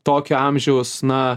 tokio amžiaus na